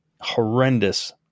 horrendous